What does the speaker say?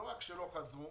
לא רק שלא חזרו,